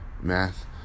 Math